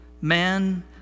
man